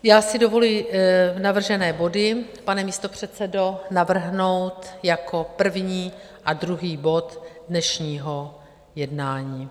Já si dovoluji navržené body, pane místopředsedo, navrhnout jako první a druhý bod dnešního jednání.